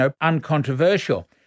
uncontroversial